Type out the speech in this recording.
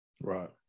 Right